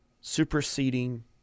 superseding